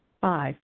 Five